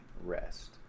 rest